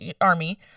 army